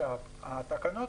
התקנות,